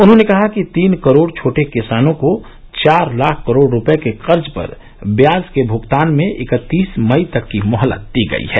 उन्होंने कहा कि तीन करोड छोटे किसानों को चार लाख करोड रुपये के कर्ज पर व्याज के भुगतान में इकत्तीस मई तक की मोहलत दी गयी है